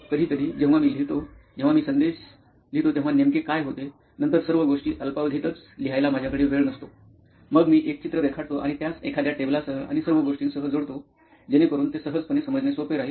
कधीकधी जेव्हा मी लिहितो जेव्हा मी संदेश लिहितो तेव्हा नेमके काय होते नंतर सर्व गोष्टी अल्पावधीतच लिहायला माझ्याकडे वेळ नसतो मग मी एक चित्र रेखाटतो आणि त्यास एखाद्या टेबलासह आणि सर्व गोष्टींसह जोडतो जेणेकरून ते सहजपणे समजणे सोपे राहील